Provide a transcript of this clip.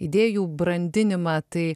idėjų brandinimą tai